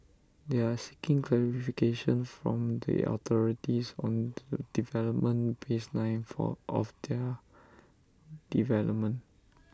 they are seeking clarification from the authorities on the development baseline of their development